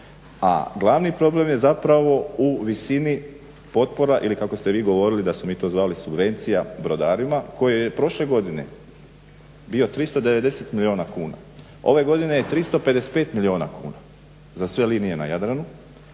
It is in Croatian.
a glavni problem je zapravo u visini potpora ili kako ste vi govorili da smo mi to zvali subvencija brodarima koje je prošle godine bio 390 milijuna kuna. Ove godine je 355 milijuna kuna za sve linije na Jadranu,